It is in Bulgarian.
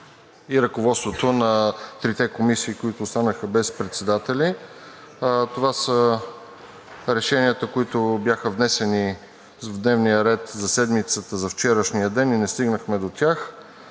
и ръководството на трите комисии, които останаха без председатели. Това са решенията, които бяха внесени в дневния ред за седмицата за вчерашния ден и не стигнахме до тях.